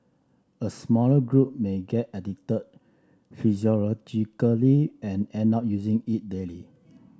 a smaller group may get addicted physiologically and end up using it daily